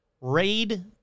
raid